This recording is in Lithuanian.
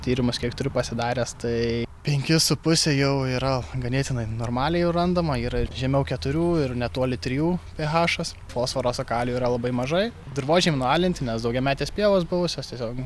tyrimus kiek turiu pasidaręs tai penki su puse jau yra ganėtinai normaliai randama yra ir žemiau keturių ir netoli trijų pehašas fosforo su kaliu yra labai mažai dirvožemiai nualinti nes daugiametės pievos buvusios tiesiog